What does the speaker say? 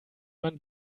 man